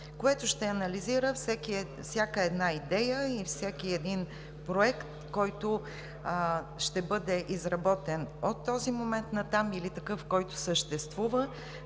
което ще анализира всяка една идея и всеки един проект, който ще бъде изработен от този момент нататък, или такъв, който съществува